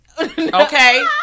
Okay